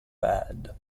pad